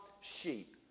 sheep